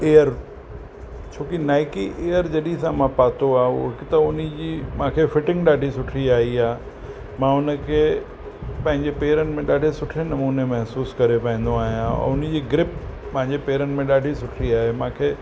air छो कि Nike air जॾहिं सां मां पातो आहे उहो हिकु त उन जी मूंखे फ़िटिंग ॾाढी सुठी आयी आहे मां उनखे पंहिंजे पेरनि में ॾाढे सुठे नमूने महिसूसु करे पाईंदो आहियां और उनजी ग्रिप मुंहिंजे पेरनि में ॾाढी सुठी आहे मूंखे